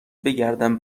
بگردم